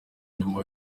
nyuma